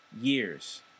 years